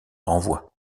renvoie